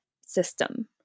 system